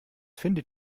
findet